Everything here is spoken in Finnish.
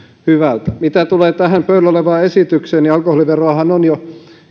hyvältä mitä tulee tähän pöydällä olevaan esitykseen niin alkoholiveroahan on jo